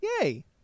yay